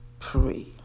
Pray